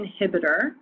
inhibitor